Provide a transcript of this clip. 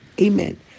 amen